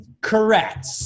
Correct